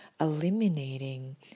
eliminating